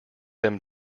them